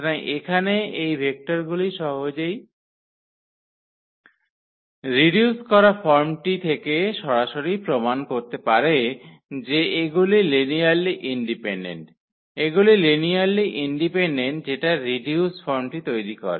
সুতরাং এখানে এই ভেক্টরগুলি সহজেই রিডিউস করা ফর্মটি থেকে সরাসরি প্রমাণ করতে পারে যে এগুলি লিনিয়ারলি ইন্ডিপেনডেন্ট এগুলি লিনিয়ারলি ইন্ডিপেনডেন্ট যেটা রিডিউস ফর্মটি তৈরি করে